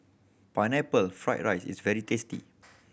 Pineapple Fried rice is very tasty